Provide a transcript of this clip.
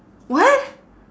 what